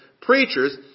preachers